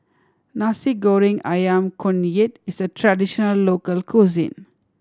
Nasi Goreng Ayam Kunyit is a traditional local cuisine